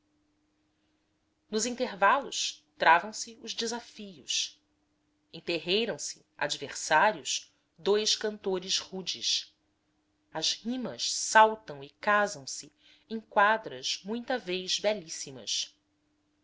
nos intervalos travam se os desafios enterreiram se adversários dous cantores rudes as rimas saltam e casam se em quadras muita vez belíssimas